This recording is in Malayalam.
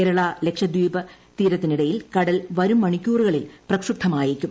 കേരള ലക്ഷദ്വീപ് തീരത്തിനിടയിൽ കടൽ വരും മണിക്കൂറുകളിൽ പ്രക്ഷുബ്പമായേക്കും